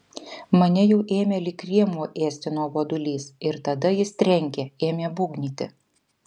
mane jau ėmė lyg rėmuo ėsti nuobodulys ir tada jis trenkė ėmė būgnyti